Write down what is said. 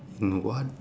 know what